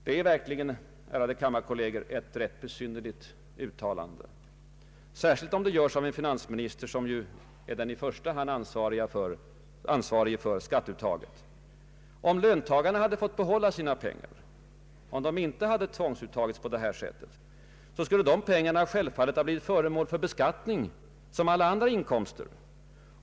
Detta är verkligen, ärade kammarkolleger, ett besynnerligt uttalande, särskilt om det görs av en finansminister som är den ansvarige för skatteuttaget. Om löntagarna hade fått behålla sina pengar, om pengarna inte tvångsuttagits på detta sätt, skulle de självfallet ha blivit föremål för beskattning som alla andra inkomster.